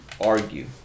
argue